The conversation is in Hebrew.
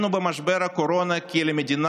במשבר הקורונה ראינו